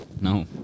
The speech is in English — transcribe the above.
No